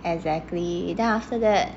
exactly then after that